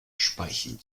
speichen